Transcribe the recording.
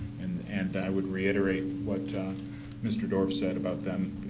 and and i would reiterate what mr. dorff said about them,